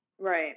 Right